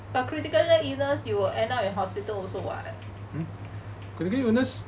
but critical illness you will end up in hospital also [what]